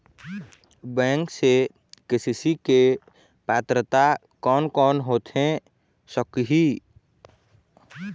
Bank से KCC के पात्रता कोन कौन होथे सकही?